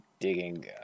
digging